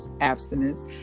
abstinence